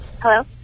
Hello